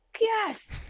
yes